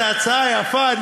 זו הצעה יפה,